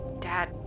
Dad